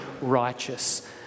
righteous